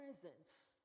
presence